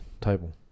table